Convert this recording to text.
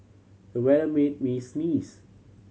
the weather made me sneeze